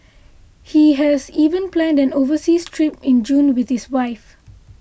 he has even planned an overseas trip in June with his wife